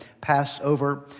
Passover